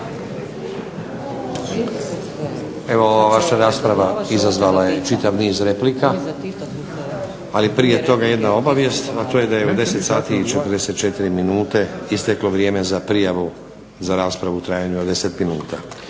ova vaša rasprava izazvala je čitav niz replika. Ali prije toga jedna obavijest, a to je da je u 10 sati i 44 minute isteklo vrijeme za prijavu za raspravu u trajanju od 10 minuta.